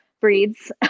breeds